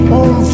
on